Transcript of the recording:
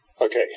Okay